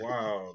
Wow